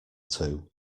two